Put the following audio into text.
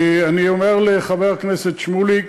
אני אומר לחבר הכנסת שמולי,